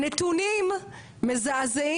הנתונים מזעזעים.